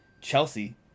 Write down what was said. Chelsea